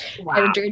Wow